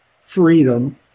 freedom